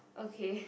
okay